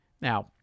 now